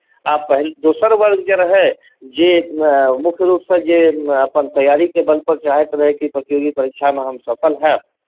आ पहिल दोसर वर्ग जे रहै जे मुख्य रूपसँ जे अपन तैआरीके बलपर चाहैत रहै कि प्रतियोगी परीक्षामे हम सफल हैब